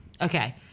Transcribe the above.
Okay